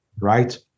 right